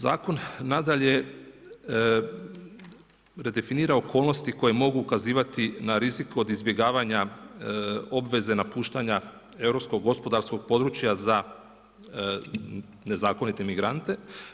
Zakon nadalje redefinira okolnosti koje mogu ukazivati na rizik od izbjegavanja obveze napuštanja europskog gospodarskog područja za nezakonite migrante.